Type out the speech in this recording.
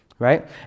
Right